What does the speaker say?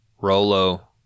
Rolo